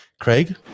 Craig